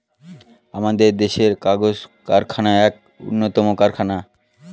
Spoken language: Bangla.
আমাদের দেশের কাগজ কারখানা এক উন্নতম কারখানা